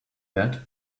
that